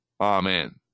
Amen